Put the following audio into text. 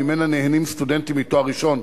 ממנה נהנים סטודנטים מתואר ראשון,